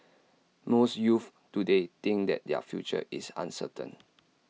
most youths today think that their future is uncertain